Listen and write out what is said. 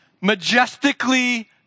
majestically